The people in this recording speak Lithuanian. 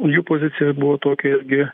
jų pozicija buvo tokia irgi